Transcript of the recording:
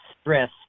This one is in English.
stress